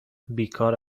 بیکار